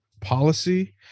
policy